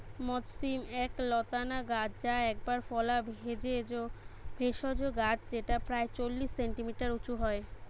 মথ শিম এক লতানা গাছ যা একবার ফলা ভেষজ গাছ যেটা প্রায় চল্লিশ সেন্টিমিটার উঁচু হয়